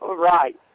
Right